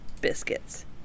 biscuits